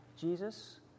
Jesus